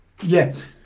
yes